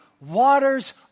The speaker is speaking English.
waters